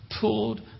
pulled